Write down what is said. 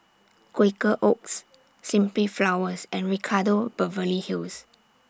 Quaker Oats Simply Flowers and Ricardo Beverly Hills